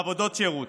עבודות שירות.